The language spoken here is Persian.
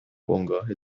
بنگاه